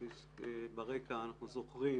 ברקע אנחנו זוכרים